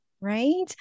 right